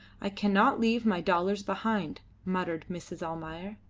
i cannot leave my dollars behind, muttered mrs. almayer.